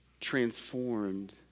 transformed